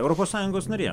europos sąjungos narė